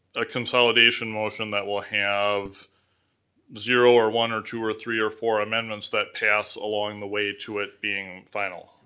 a consolidation motion that will have zero, or one, or two, or three, or four amendments that pass along the way to it being final.